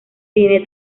tiene